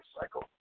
cycle